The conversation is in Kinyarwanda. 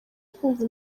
kumva